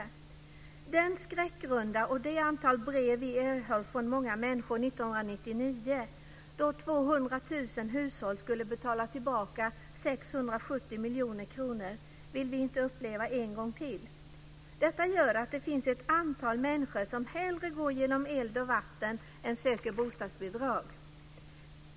Den skräckrunda och det antal brev vi erhöll från många människor 1999, då 200 000 hushåll skulle betala tillbaka 670 miljoner kronor, vill vi inte uppleva en gång till. Detta gör att det finns ett antal människor som hellre går genom eld och vatten än söker bostadsbidrag.